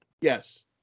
Yes